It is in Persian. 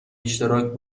اشتراک